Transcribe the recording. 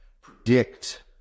predict